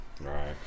Right